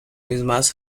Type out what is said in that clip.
mismas